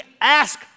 ask